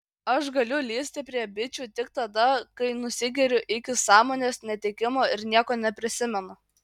aš galiu lįsti prie bičų tik tada kai nusigeriu iki sąmonės netekimo ir nieko neprisimenu